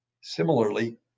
Similarly